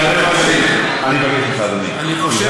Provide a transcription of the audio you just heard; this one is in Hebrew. אראל מרגלית, אני מבקש ממך, אדוני.